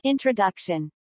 introduction